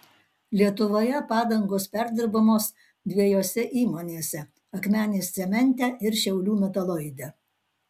lietuvoje padangos perdirbamos dviejose įmonėse akmenės cemente ir šiaulių metaloide